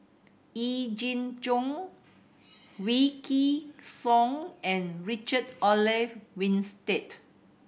Yee Jenn Jong Wykidd Song and Richard Olaf Winstedt